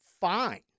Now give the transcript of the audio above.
Fine